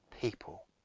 people